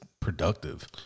productive